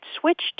switched